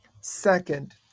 Second